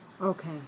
Okay